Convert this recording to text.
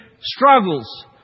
struggles